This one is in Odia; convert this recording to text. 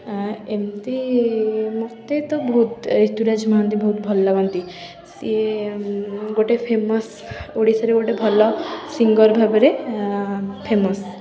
ଆଁ ଏମିତି ମୋତେ ତ ବହୁତ ରିତୁରାଜ ମହାନ୍ତି ବହୁତ ଭଲ ଲାଗନ୍ତି ସିଏ ଗୋଟେ ଫେମସ୍ ଓଡ଼ିଶାର ଗୋଟେ ଭଲ ସିଙ୍ଗର୍ ଭାବରେ ଫେମସ୍